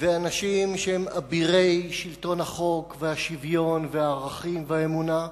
ואנשים שהם אבירי שלטון החוק והשוויון והערכים והאמונה,